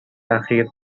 اخیر